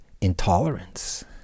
intolerance